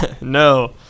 No